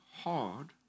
hard